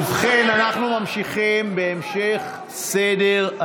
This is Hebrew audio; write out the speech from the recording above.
ובכן, אנחנו ממשיכים בסדר-היום,